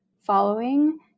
following